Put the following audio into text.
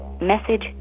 Message